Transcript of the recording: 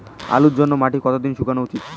আলুর জন্যে মাটি কতো দিন শুকনো উচিৎ?